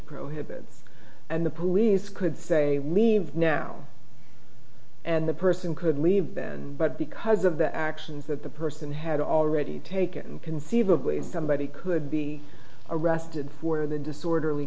prohibits and the police could say leave now and the person could leave but because of the actions that the person had already taken conceivably somebody could be arrested for the disorder